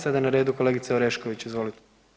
Sada je na redu kolegica Orešković, izvolite.